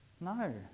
No